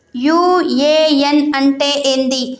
UAN అంటే ఏంది?